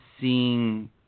seeing